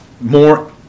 more